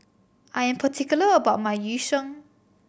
I am particular about my Yu Sheng